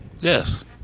Yes